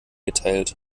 geteilt